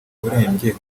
urembye